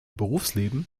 berufsleben